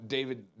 David